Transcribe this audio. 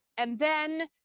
and then,